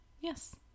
Yes